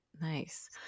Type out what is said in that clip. Nice